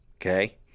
Okay